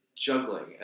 juggling